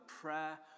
prayer